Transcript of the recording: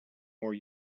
more